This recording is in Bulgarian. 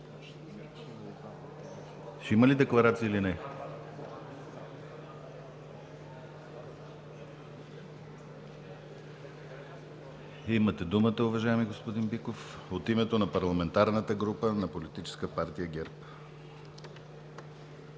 за декларация. Имате думата, уважаеми господин Биков, от името на парламентарната група на Политическа партия ГЕРБ.